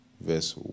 verse